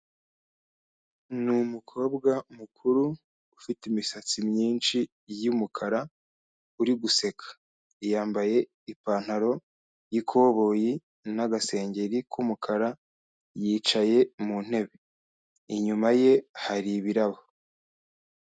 Ni umukobwa mukuru ufite imisatsi myinshi y'umukara uri guseka, yambaye ipantaro y'ikoboyi n'agasengeri k'umukara yicaye mu ntebe, inyuma ye hari ibirabo.